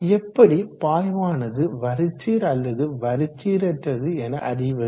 எப்படி பாய்வானது வரிச்சீர் அல்லது வரிச்சீரற்றது என அறிவது